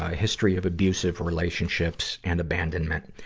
ah history of abusive relationships and abandonment.